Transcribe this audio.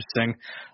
interesting